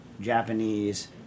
Japanese